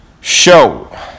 show